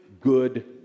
good